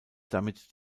damit